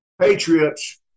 patriots